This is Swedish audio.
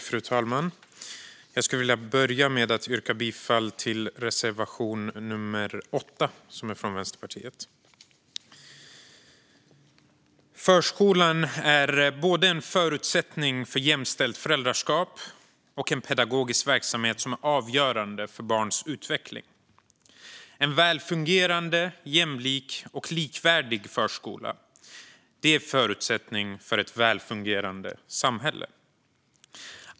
Fru talman! Jag skulle vilja börja med att yrka bifall till reservation 8 från Vänsterpartiet. Förskolan är både en förutsättning för jämställt föräldraskap och en pedagogisk verksamhet som är avgörande för barns utveckling. En väl fungerande, jämlik och likvärdig förskola är förutsättningen för ett väl fungerande samhälle.